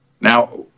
Now